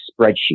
spreadsheet